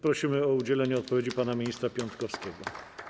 Prosimy o udzielenie odpowiedzi pana ministra Piontkowskiego.